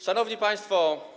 Szanowni Państwo!